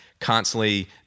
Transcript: constantly